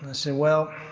say, well.